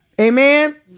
Amen